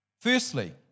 Firstly